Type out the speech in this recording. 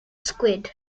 squid